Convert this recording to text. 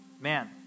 Man